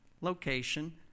location